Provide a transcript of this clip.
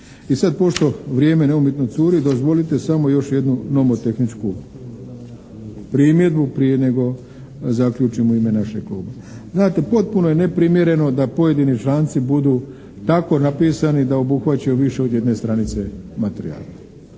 I sad pošto vrijeme neumitno curi, dozvolite samo još jednu nomotehničku primjedbu prije nego zaključim u ime našeg kluba. Dakle, potpuno je neprimjereno da pojedini članci budu tako napisani da obuhvaćaju više od jedne stranice materijala.